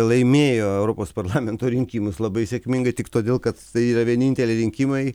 laimėjo europos parlamento rinkimus labai sėkmingai tik todėl kad tai yra vieninteliai rinkimai